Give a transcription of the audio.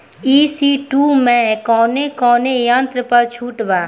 ई.सी two मै कौने कौने यंत्र पर छुट बा?